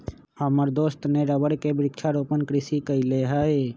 हमर दोस्त ने रबर के वृक्षारोपण कृषि कईले हई